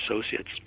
associates